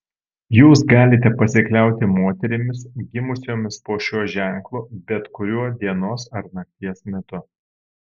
jūs galite pasikliauti moterimis gimusiomis po šiuo ženklu bet kuriuo dienos ar nakties metu